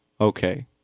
Okay